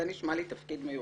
זה נשמע לי תפקיד מיוחד,